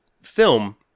film